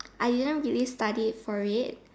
I didn't really studied for it